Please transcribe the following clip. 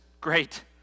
great